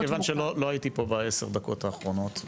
10:41) מכיוון שלא הייתי פה בעשר דקות האחרונות,